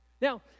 Now